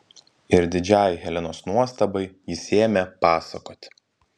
ir didžiai helenos nuostabai jis ėmė pasakoti